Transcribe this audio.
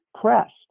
pressed